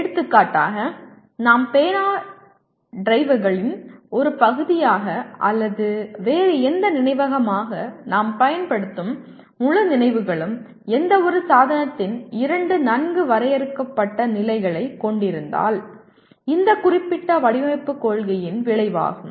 எடுத்துக்காட்டாக நாம் பேனா டிரைவ்களின் ஒரு பகுதியாக அல்லது வேறு எந்த நினைவகமாக நாம் பயன்படுத்தும் முழு நினைவுகளும் எந்தவொரு சாதனத்தின் இரண்டு நன்கு வரையறுக்கப்பட்ட நிலைகளைக் கொண்டிருந்தால் இந்த குறிப்பிட்ட வடிவமைப்புக் கொள்கையின் விளைவாகும்